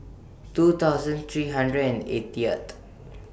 two thousand three hundred and eightieth